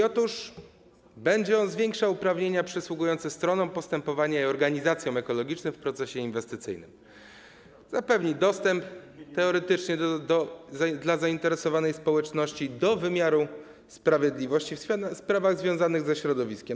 Otóż będzie on zwiększał uprawnienia przysługujące stronom postępowania i organizacjom ekologicznym w procesie inwestycyjnym, zapewni dostęp, teoretycznie dla zainteresowanej społeczności, do wymiaru sprawiedliwości w sprawach związanych ze środowiskiem.